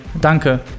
Danke